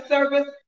service